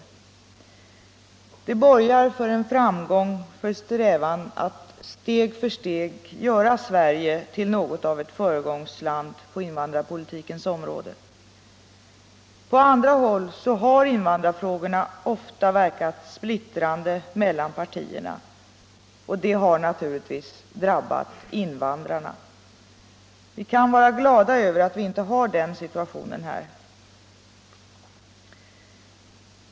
Det borgar för framgång för strävan att steg för steg göra Sverige till något av ett föregångsland på invandrarpolitikens område. På andra håll har invandrarfrågorna ofta verkat splittrande mellan partierna och det har naturligtvis drabbat invandrarna. Vi kan vara glada över att vi inte har den situationen här.